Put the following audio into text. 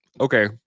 okay